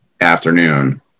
afternoon